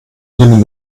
nehmen